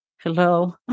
hello